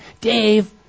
Dave